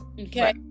okay